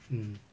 mm